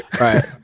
Right